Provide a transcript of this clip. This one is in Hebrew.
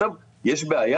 עכשיו, יש בעיה?